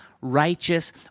righteous